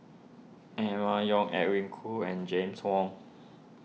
Emma Yong Edwin Koo and James Wong